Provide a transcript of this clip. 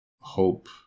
Hope